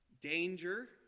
danger